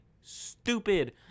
stupid